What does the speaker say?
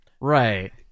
Right